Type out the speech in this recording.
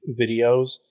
videos